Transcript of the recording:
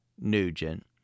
Nugent